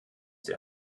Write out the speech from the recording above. der